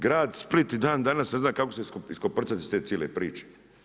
Grad Split i dan danas ne zna kako se iskoprcati iz te cijele priče.